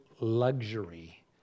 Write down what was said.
luxury